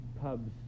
Pub's